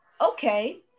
Okay